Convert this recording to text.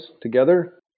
together